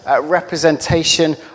representation